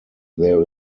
there